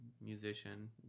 musician